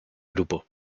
grupo